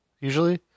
usually